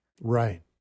Right